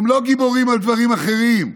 הם לא גיבורים על דברים אחרים.